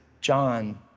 John